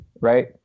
right